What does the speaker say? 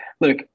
Look